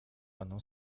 ładną